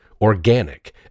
organic